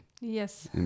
Yes